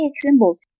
symbols